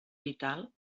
vital